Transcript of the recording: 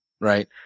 right